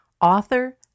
author